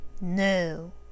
no